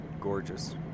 gorgeous